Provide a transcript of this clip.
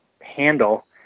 handle